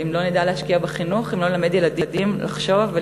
אני חושבת שאנחנו מדברים הרבה,